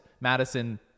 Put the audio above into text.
Madison